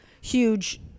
huge